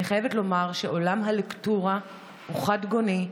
אני חייבת לומר שעולם הלקטורה הוא חד-גוני,